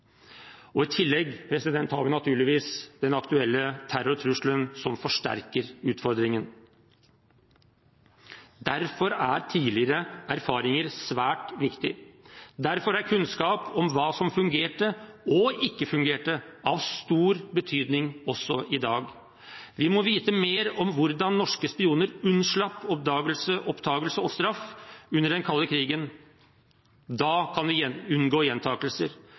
I tillegg har vi naturligvis den aktuelle terrortrusselen som forsterker utfordringen. Derfor er tidligere erfaringer svært viktig. Derfor er kunnskap om hva som fungerte og ikke fungerte, av stor betydning også i dag. Vi må vite mer om hvordan norske spioner unnslapp oppdagelse og straff under den kalde krigen. Da kan vi unngå gjentakelser.